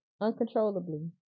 uncontrollably